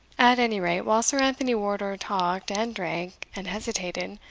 at any rate, while sir anthony wardour talked, and drank, and hesitated,